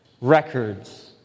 records